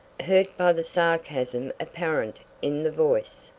hurt by the sarcasm apparent in the voice.